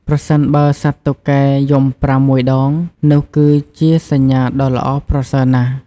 ប្រសិនបើសត្វតុកែយំប្រាំមួយដង នោះគឺជាសញ្ញាដ៏ល្អប្រសើរណាស់។